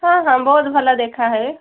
ହଁ ହଁ ବହୁତ ଭଲ ଦେଖା ହେବେ